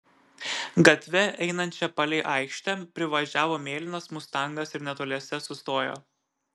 gatve einančia palei aikštę privažiavo mėlynas mustangas ir netoliese sustojo